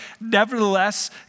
Nevertheless